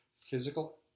physical